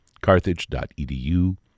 carthage.edu